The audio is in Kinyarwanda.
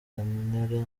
muri